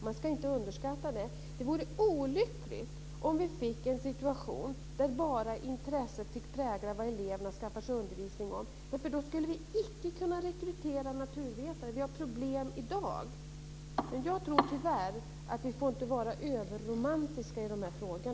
Det ska inte underskattas. Det vore olyckligt om vi fick en situation där bara intresset fick prägla vad eleverna skaffar sig undervisning om. Då skulle vi icke kunna rekrytera naturvetare, något som vi redan i dag har problem med. Jag tror tyvärr att vi inte får vara överromantiska i dessa frågor.